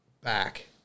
back